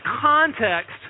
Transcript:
context